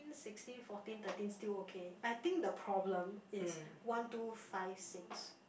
sixteen fourteen thirteen still okay I think the problem is one two five six